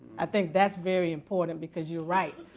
i think that's very important because you're right.